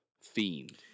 fiend